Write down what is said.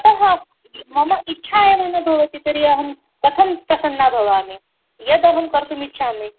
अतः मम इच्छा एव न भवति तर्हि अहं कथं कथं न भवामि यदहं कर्तुमिच्छामि